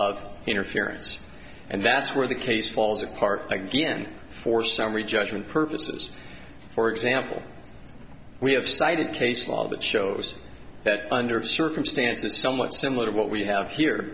of interference and that's where the case falls apart again for summary judgment purposes for example we have cited case law that shows that under circumstances somewhat similar to what we have here